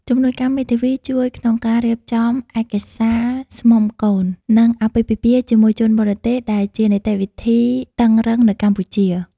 ជំនួយការមេធាវីជួយក្នុងការរៀបចំឯកសារស្មុំកូន និងអាពាហ៍ពិពាហ៍ជាមួយជនបរទេស ដែលជានីតិវិធីតឹងរ៉ឹងនៅកម្ពុជា។